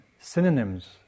synonyms